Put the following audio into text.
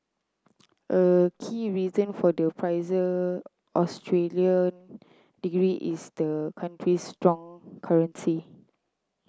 a key reason for the pricier Australian degree is the country's strong currency